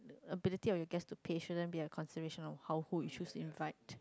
ability of your guest to passionate be have consideration of how who it should invite